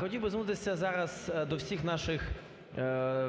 хотів би звернутися зараз до всіх наших